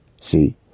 See